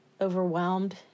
overwhelmed